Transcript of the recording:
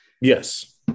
Yes